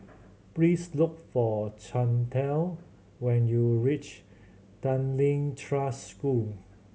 please look for Chantal when you reach Tanglin Trust School